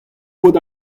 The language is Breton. paotr